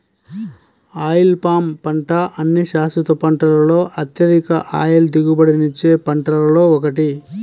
oil palm పంట అన్ని శాశ్వత పంటలలో అత్యధిక ఆయిల్ దిగుబడినిచ్చే పంటలలో ఒకటి